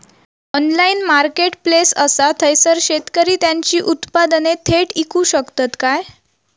Online marketplace असा थयसर शेतकरी त्यांची उत्पादने थेट इकू शकतत काय?